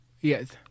Yes